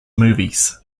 movies